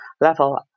level